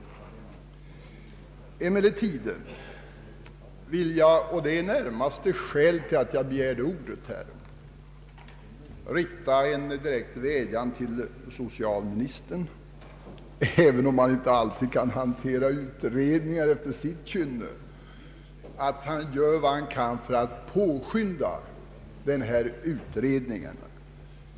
Emellertid vill jag — och det är närmast skälet till att jag begärt ordet — rikta en direkt vädjan till socialministern att han, även om man inte alltid kan hantera utredningar efter sitt kynne, gör vad han kan för att påskynda denna utredning.